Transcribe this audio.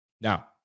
Now